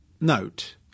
note